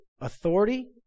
authority